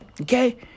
Okay